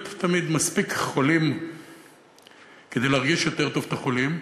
להיות תמיד מספיק חולים כדי להרגיש יותר טוב את החולים,